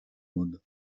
mundo